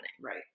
Right